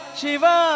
Shiva